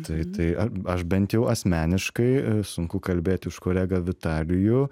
tai tai a aš bent jau asmeniškai sunku kalbėt už kolegą vitalijų